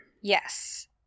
Yes